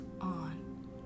on